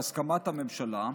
בהסכמת הממשלה,